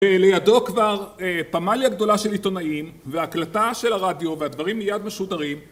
ולידו כבר פמליה גדולה של עיתונאים והקלטה של הרדיו והדברים מיד משודרים